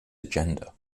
agenda